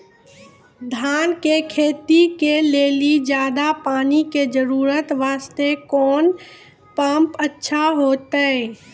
धान के खेती के लेली ज्यादा पानी के जरूरत वास्ते कोंन पम्प अच्छा होइते?